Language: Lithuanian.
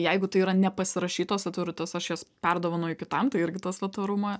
jeigu tai yra nepasirašytos atvirutės aš jas perdovanoju kitam tai irgi tas vat tvarumo